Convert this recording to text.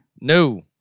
No